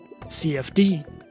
CFD